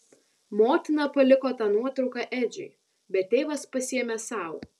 motina paliko tą nuotrauką edžiui bet tėvas pasiėmė sau